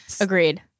Agreed